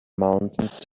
mountains